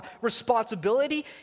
responsibility